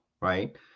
right